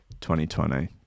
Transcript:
2020